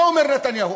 מה אומר נתניהו?